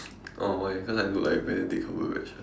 oh why cause I look like Benedict Cumberbatch ah